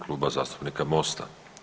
Kluba zastupnika Mosta.